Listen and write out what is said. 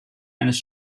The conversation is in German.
eines